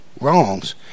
wrongs